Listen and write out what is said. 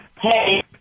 Hey